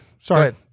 Sorry